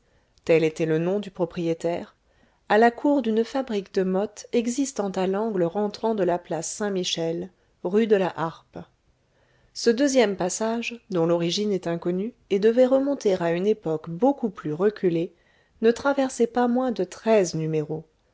tel était le nom du propriétaire à la cour d'une fabrique de mottes existant à l'angle rentrant de la place saint-michel rue de la harpe ce deuxième passage dont l'origine est inconnue et devait remonter à une époque beaucoup plus reculée ne traversait pas moins de treize numéros